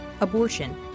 abortion